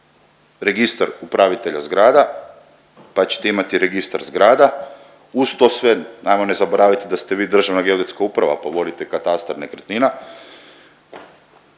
Registar upravitelja zgrada, pa ćete imat Registar zgrada, uz to sve ajmo ne zaboravit da ste vi Državna geodetska uprava, pa volite katastar nekretnina,